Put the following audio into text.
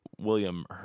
William